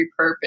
repurpose